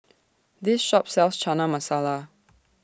This Shop sells Chana Masala